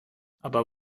aber